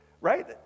Right